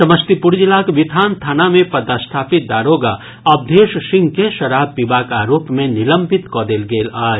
समस्तीपुर जिलाक बिथान थाना मे पदस्थापित दारोगा अवधेश सिंह के शराब पीबाक आरोप मे निलंबित कऽ देल गेल अछि